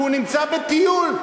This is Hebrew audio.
כי הוא נמצא בטיול.